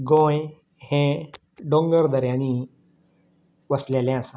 गोंय हें डोंगर दर्यांनीं वसलेलें आसा